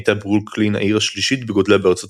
הייתה ברוקלין העיר השלישית בגודלה בארצות